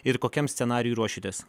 ir kokiam scenarijui ruošiatės